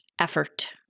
effort